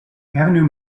avenue